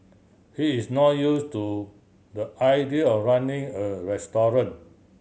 he's not use to the idea of running a restaurant